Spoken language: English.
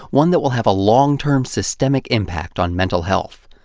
one that will have a long term systemic impact on mental health.